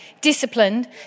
disciplined